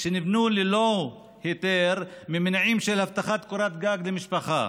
שנבנו ללא היתר ממניעים של הבטחת קורת גג למשפחה,